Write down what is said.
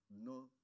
No